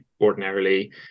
ordinarily